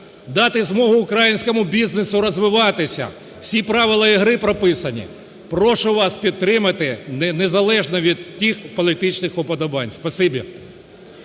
дати змогу українському бізнесу розвиватися – всі правила гри прописані. Прошу вас підтримати незалежно від тих політичних уподобань.